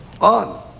on